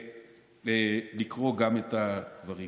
לקרוא גם את הדברים